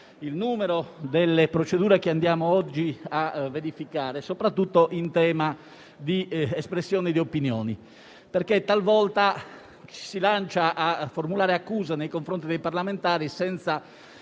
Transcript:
il numero delle procedure che andiamo oggi a verificare, soprattutto in tema di espressione di opinioni. Talvolta infatti, si formulano accuse nei confronti dei parlamentari senza